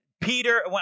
Peter